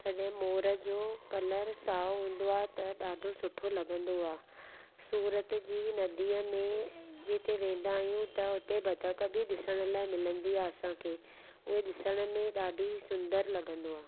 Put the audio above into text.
तॾहिं मोर जो कलर साहो हूंदो आ त ॾाढो सुठो लॻंदो आहे सूरत जी नदीअ में जिते वेंदा आहियूं त उते बतख बि ॾिसण लाइ मिलंदी आहे असांखे उहा ॾिसण में ॾाढी सुंदर लॻंदो आहे